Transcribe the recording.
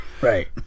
right